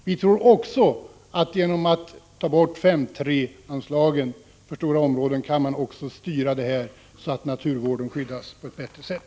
Vi tror också att genom att ta bort 5:3-anslagen för stora områden kan man styra det här så att naturvården tillgodoses på ett bättre sätt.